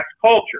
culture